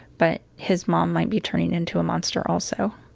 but his mom might be turning into a monster also